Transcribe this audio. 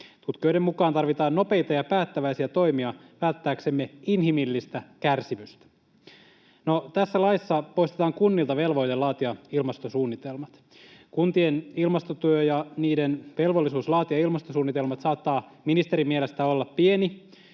Tutkijoiden mukaan tarvitaan nopeita ja päättäväisiä toimia välttääksemme inhimillistä kärsimystä. No, tässä laissa poistetaan kunnilta velvoite laatia ilmastosuunnitelmat. Kuntien ilmastotyö ja niiden velvollisuus laatia ilmastosuunnitelmat saattaa ministerin mielestä olla pientä,